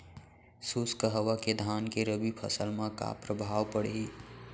शुष्क हवा के धान के रबि फसल मा का प्रभाव पड़ही?